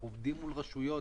אנחנו עובדים מול רשויות.